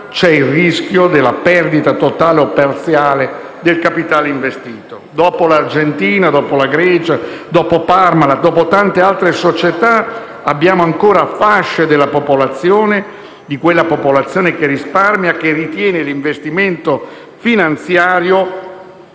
c'è il rischio della perdita totale o parziale del capitale investito. Dopo l'Argentina, dopo la Grecia, dopo il caso Parmalat e di tante altre società, abbiamo ancora fasce della popolazione - di quella popolazione che risparmia - che ritengono l'investimento finanziario